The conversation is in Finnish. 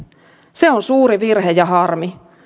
se on suuri virhe ja harmi